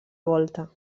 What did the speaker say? volta